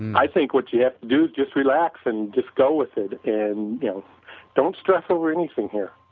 i think what you have to do just relax and just go with it and you know don't stress over anything here.